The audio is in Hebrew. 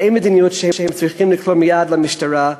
אין מדיניות שהם צריכים לקרוא מייד למשטרה.